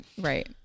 Right